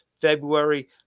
February